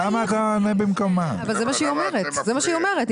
זה מה שהיא אומרת.